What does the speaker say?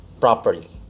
properly